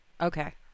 Okay